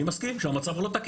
אני מסכים שהמצב הוא לא תקין.